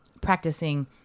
practicing